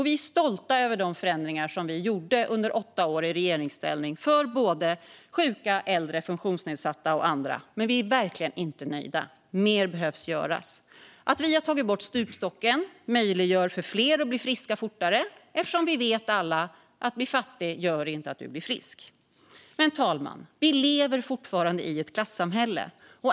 Vi är stolta över de förändringar som vi gjorde under åtta år i regeringsställning för både sjuka, äldre, funktionsnedsatta och andra, men vi är verkligen inte nöjda. Mer behöver göras. Att vi har tagit bort stupstocken möjliggör för fler att bli friska fortare; alla vet att detta att bli fattig inte gör oss friska. Men, herr talman, vi lever fortfarande i ett klassamhälle.